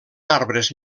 arbres